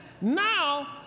now